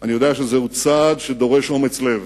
אני יודע שזהו צעד שדורש אומץ לב.